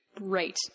Right